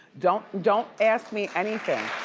don't don't ask me anything.